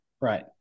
right